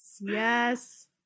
Yes